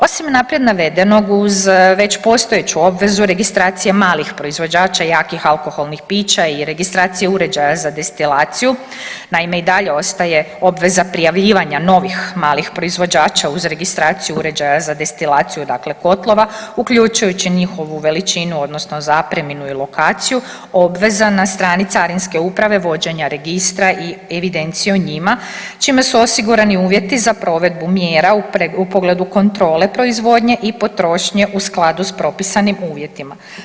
Osim naprijed navedenog uz već postojeću obvezu registracija malih proizvođača jakih alkoholnih pića i registracija uređaja za destilaciju naime i dalje ostaje obveza prijavljivanja novih malih proizvođača uz registraciju uređaja za destilaciju, dakle kotlova uključujući i njihovu veličinu odnosno zapreminu i lokaciju, obveza na strani carinske uprave vođenja registra i evidenciju o njima, čime su osigurani uvjeti za provedbu mjera u pogledu kontrole proizvodnje i potrošnje u skladu s propisanim uvjetima.